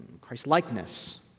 Christ-likeness